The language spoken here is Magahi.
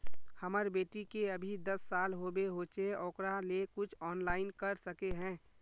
हमर बेटी के अभी दस साल होबे होचे ओकरा ले कुछ ऑनलाइन कर सके है?